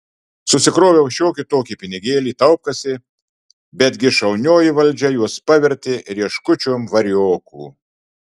susikroviau šiokį tokį pinigėlį taupkasėj bet gi šaunioji valdžia juos pavertė rieškučiom variokų